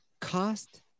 Cost